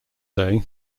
day